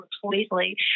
completely